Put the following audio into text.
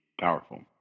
powerful